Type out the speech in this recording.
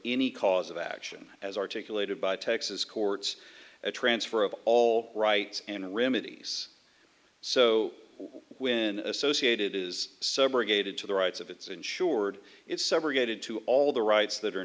any cause of action as articulated by texas courts a transfer of all rights and remedies so when associated is subrogated to the rights of its insured its sever gated to all the rights that are